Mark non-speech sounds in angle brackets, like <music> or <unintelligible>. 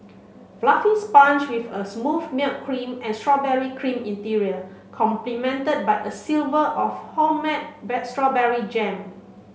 fluffy sponge with a smooth milk cream and strawberry cream interior complemented by a silver of homemade <unintelligible> strawberry jam